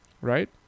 Right